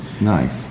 Nice